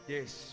Yes